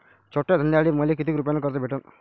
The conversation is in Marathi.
छोट्या धंद्यासाठी मले कितीक रुपयानं कर्ज भेटन?